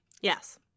Yes